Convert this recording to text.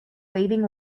waving